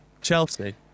Chelsea